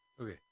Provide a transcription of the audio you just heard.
Okay